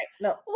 No